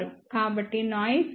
కాబట్టి noise voltage 12